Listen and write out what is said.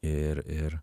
ir ir